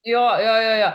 jo jo jo jo